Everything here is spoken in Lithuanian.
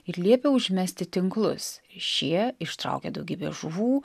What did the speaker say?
ir liepia užmesti tinklus šie ištraukė daugybę žuvų